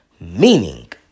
meaning